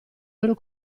loro